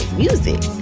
music